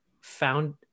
found